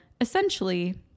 essentially